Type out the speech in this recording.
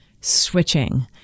switching